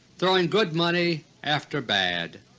throwing good money after bad.